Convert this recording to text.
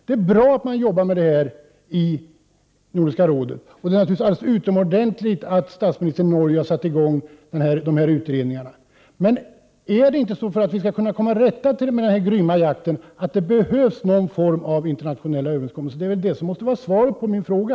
Det är bra att man arbetar med sälfrågan i Nordiska rådet, och det är naturligtvis alldeles utomordentligt att statsministern i Norge har satt i gång dessa utredningar. Men behövs det inte någon form av internationella överenskommelser för att komma till rätta med den här grymma jakten? Detta måste väl vara svaret på min fråga?